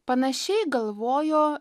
panašiai galvojo